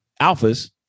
Alphas